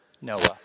Noah